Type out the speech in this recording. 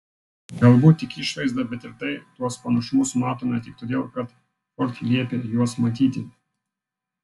galbūt tik išvaizdą bet ir tai tuos panašumus matome tik todėl kad ford liepė juos matyti